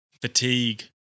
fatigue